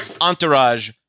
entourage